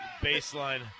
baseline